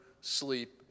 sleep